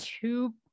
two